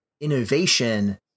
innovation